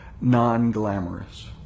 non-glamorous